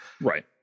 Right